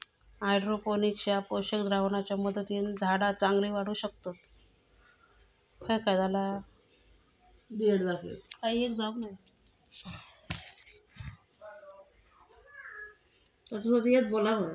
hydroponics ह्या पोषक द्रावणाच्या मदतीन झाडा चांगली वाढू शकतत